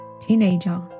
teenager